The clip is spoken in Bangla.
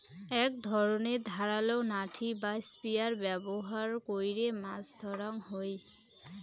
এক ধরণের ধারালো নাঠি বা স্পিয়ার ব্যবহার কইরে মাছ ধরাঙ